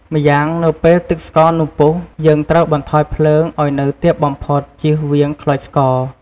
ម្យ៉ាងនៅពេលទឹកស្ករនោះពុះយើង ត្រូវបន្ថយភ្លើងឲ្យនៅទាបបំផុតជៀសវាងខ្លោចស្ករ។